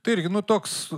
tai irgi nu toks